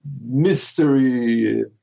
mystery